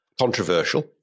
controversial